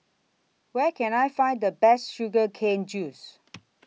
Where Can I Find The Best Sugar Cane Juice